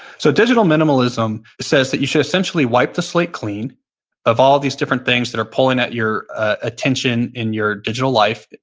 so digital minimalism says that you should essentially wipe the slate clean of all these different things that are pulling at your attention in your digital life.